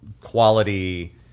quality